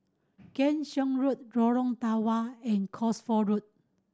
Keong Saik Road Lorong Tawa and Cosford Road